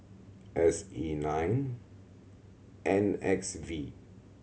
S E nine N X V